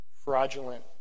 Fraudulent